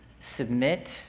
submit